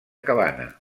cabana